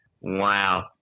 Wow